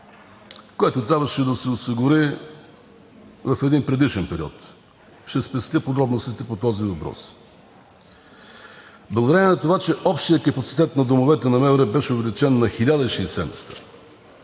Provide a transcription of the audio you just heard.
което трябваше да се осигури в един предишен период – ще спестя подробностите по този въпрос. Благодарение на това, че общият капацитет на домовете на МВР беше увеличен на 1060